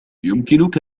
يمكنك